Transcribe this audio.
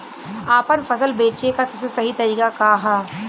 आपन फसल बेचे क सबसे सही तरीका का ह?